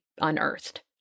unearthed